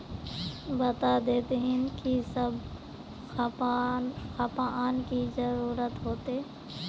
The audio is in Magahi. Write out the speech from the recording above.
बता देतहिन की सब खापान की जरूरत होते?